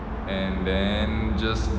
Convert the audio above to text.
and then just